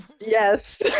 Yes